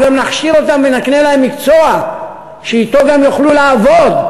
אנחנו גם נכשיר אותם ונקנה להם מקצוע שאתו יוכלו לעבוד,